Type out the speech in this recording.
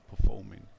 performing